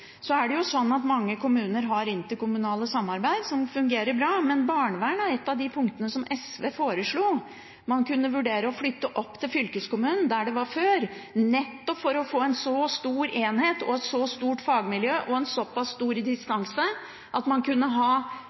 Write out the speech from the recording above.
Så vi mener det bør være en demokratireform. Dette er ikke det, det er en tvangsreform. Når det gjelder f.eks. barnevern, som har blitt brukt som et argument for denne reformen, er det jo mange kommuner som har interkommunale samarbeid som fungerer bra. Men barnevern er et av de punktene som SV foreslo at man kunne vurdere å flytte opp til fylkeskommunen, der det var før, nettopp for